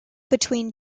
between